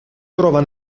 trova